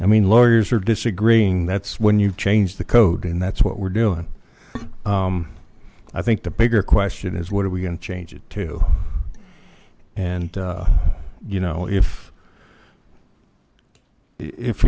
i mean lawyers are disagreeing that's when you've changed the code and that's what we're doing i think the bigger question is what are we going to change it to and you know if if